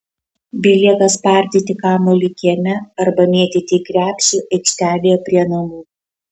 belieka spardyti kamuolį kieme arba mėtyti į krepšį aikštelėje prie namų